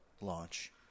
launch